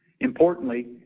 Importantly